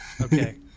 Okay